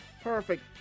perfect